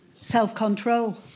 self-control